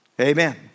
Amen